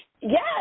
Yes